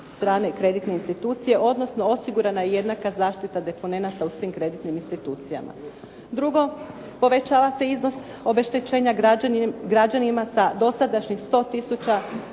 strane kreditne institucije, odnosno osigurana je jednaka zaštita deponenata u svim kreditnim institucijama. Drugo, povećava se iznos obeštećenja građanima sa dosadašnjih 100